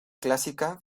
clásica